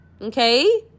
okay